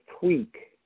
tweak